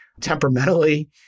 temperamentally